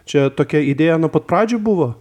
čia tokia idėja nuo pat pradžių buvo